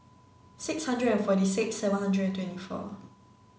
six hundred and forty six seven hundred and twenty four